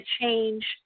change